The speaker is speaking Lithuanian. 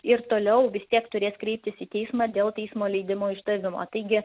ir toliau vis tiek turės kreiptis į teismą dėl teismo leidimo išdavimo taigi